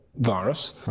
virus